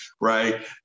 Right